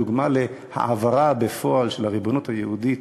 דוגמה להעברה בפועל של הריבונות היהודית,